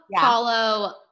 follow